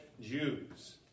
Jews